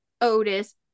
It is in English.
otis